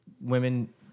women